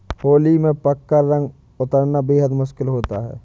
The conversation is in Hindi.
होली में पक्का रंग उतरना बेहद मुश्किल होता है